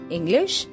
English